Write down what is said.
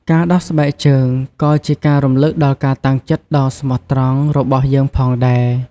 ការដោះស្បែកជើងក៏ជាការរំឭកដល់ការតាំងចិត្តដ៏ស្មោះត្រង់របស់យើងផងដែរ។